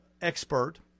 expert